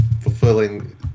fulfilling